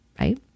right